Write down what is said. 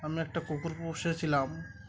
আমি একটা কুকুর পুষেছিলাম